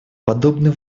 подобный